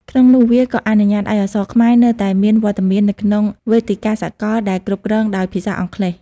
ក្នុងនោះ វាក៏អនុញ្ញាតឱ្យអក្សរខ្មែរនៅតែមានវត្តមាននៅក្នុងវេទិកាសកលដែលគ្រប់គ្រងដោយភាសាអង់គ្លេស។